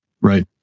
Right